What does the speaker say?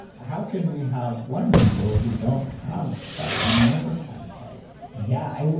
how can we have blind people who don't have sight, who never had sight? yeah.